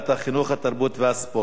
התרבות והספורט נתקבלה.